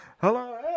Hello